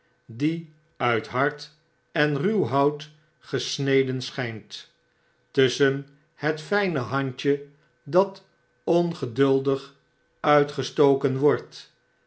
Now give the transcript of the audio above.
die uit hard en ruw hout gesneden schijnt tusschen het fijne handje dat ongeduldig uitgestoken wordt